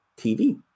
TV